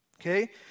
Okay